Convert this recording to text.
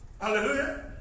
hallelujah